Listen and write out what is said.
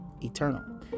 eternal